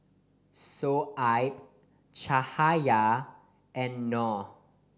Shoaib Cahaya and Noh